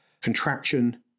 contraction